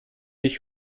ich